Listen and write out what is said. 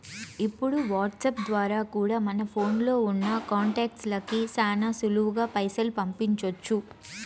ఇప్పుడు వాట్సాప్ ద్వారా కూడా మన ఫోన్లో ఉన్నా కాంటాక్ట్స్ లకి శానా సులువుగా పైసలు పంపించొచ్చు